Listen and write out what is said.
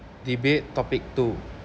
debate topic two